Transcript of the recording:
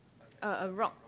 a a rock